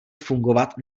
fungovat